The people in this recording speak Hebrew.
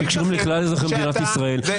שקשורים לכלל אזרחי מדינת ישראל.